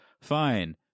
fine